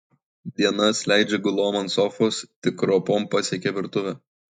dienas leidžia gulom ant sofos tik ropom pasiekia virtuvę